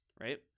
right